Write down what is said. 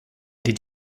did